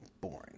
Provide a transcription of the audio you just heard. boring